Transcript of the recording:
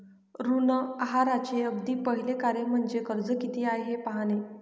ऋण आहाराचे अगदी पहिले कार्य म्हणजे कर्ज किती आहे हे पाहणे